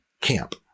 camp